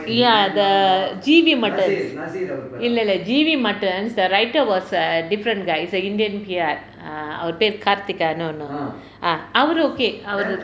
ya the G_V muttons இல்லை இல்லை:illai illai G_V muttons the writer was a different guys is a indian P_R ah அவர் பெயர்:avar peyar karthikar ன்னு ஒன்னு:nnu onnu ah அவர்:avar okay